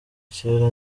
kera